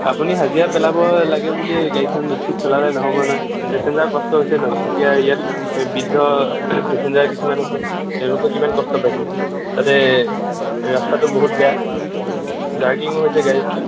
আপুনি হাজিৰা পেলাব লাগে বুলিয়ে গাড়ীখন স্পীড চলালে নহব নহয় পেচেঞ্জাৰ কষ্ট হৈছে নহয় এতিয়া ইয়াত বৃদ্ধ পেচেঞ্জাৰ কিছুমান আছে তেওঁলোকে কিমান কষ্ট পাইছে তাতে ৰাস্তাটো বহুত বেয়া জাৰ্কিঙো হৈছে গাড়ী